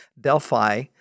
Delphi